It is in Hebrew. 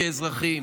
כאזרחים,